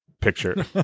picture